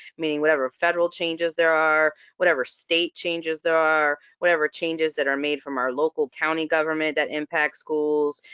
meaning whatever federal changes there are, whatever state changes there are, whatever changes that are made from our local, county government that impact schools,